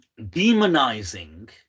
demonizing